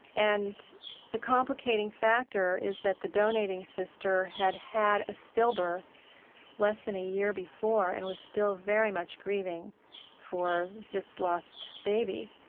and the complicating factor is that the donating sister had had a still-birth less than a year before and was still very much grieving for this lost baby.